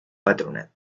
patronat